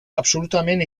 absolutament